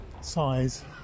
size